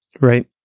right